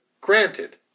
granted